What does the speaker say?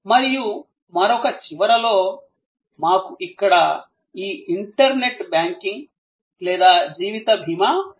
మరియు మరొక చివరలో మాకు ఇక్కడ ఈ ఇంటర్నెట్ బ్యాంకింగ్ లేదా జీవిత బీమా ఉంది